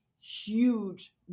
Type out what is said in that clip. huge